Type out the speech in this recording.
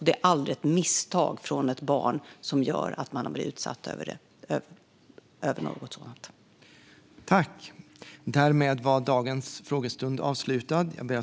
Det är aldrig ett misstag från ett barn som gör att man blir utsatt för något sådant.